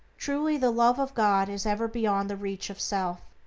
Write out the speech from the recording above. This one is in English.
truly, the love of god is ever beyond the reach of self,